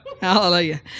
Hallelujah